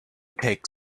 take